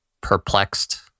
perplexed